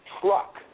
truck